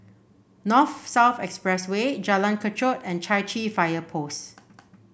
North South Expressway Jalan Kechot and Chai Chee Fire Post